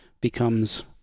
becomes